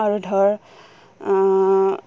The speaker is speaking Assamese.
আৰু ধৰ